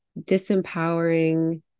disempowering